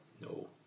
No